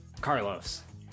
Carlos